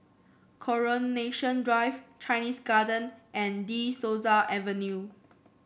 Coronation Drive Chinese Garden and De Souza Avenue